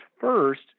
first